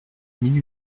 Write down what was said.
mille